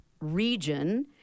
region